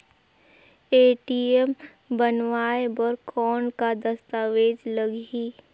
ATM बनवाय बर कौन का दस्तावेज लगही?